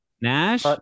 Nash